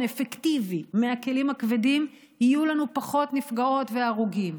אפקטיבי מהכלים הכבדים יהיו לנו פחות נפגעות והרוגים.